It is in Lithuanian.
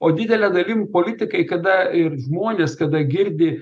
o didele dalim politikai kada ir žmonės kada girdi